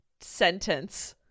sentence